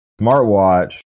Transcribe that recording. smartwatch